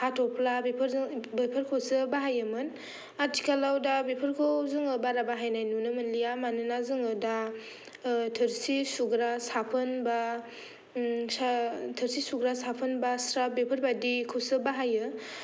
हाथ'फ्ला बेफोरजों बेफोरखौसो बाहायोमोन आथिखालाव दा बेफोरखौ जोङो बारा बाहायनाय नुनो मोनलिया मानोना जोङो दा थोरसि सुग्रा साफोन बा सा थोरसि सुग्रा साफोन बा स्राब बेफोरबायदिखौसो बाहायो